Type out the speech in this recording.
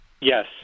Yes